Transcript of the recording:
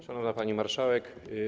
Szanowna Pani Marszałek!